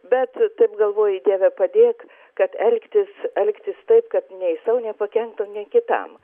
bet taip galvoji dieve padėk kad elgtis elgtis taip kad nei sau nepakenktum nei kitam